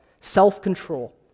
self-control